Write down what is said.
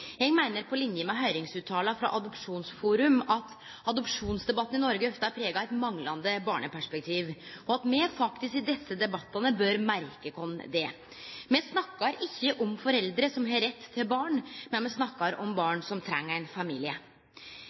Eg meiner, på linje med høyringsuttalen frå Adopsjonsforum, at adopsjonsdebatten i Noreg ofte er prega av eit manglande barneperspektiv, og at me faktisk i desse debattane bør merkje oss det. Me snakkar ikkje om foreldre som har rett til barn, men me snakkar om barn som treng ein familie.